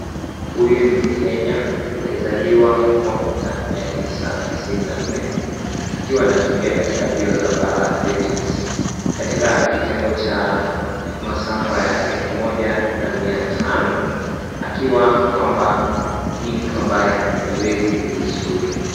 Huyu ni mkenya aliyezaliwa elfu moja mia tisa tisini na nne akiwa anakimbia katika mbio za (cs)Para-Athletics(cs) katika kitengo cha masafa ya elfu moja na mia tano akiwa kwamba ni mtu ambaye hajiwezi vizuri.